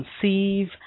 conceive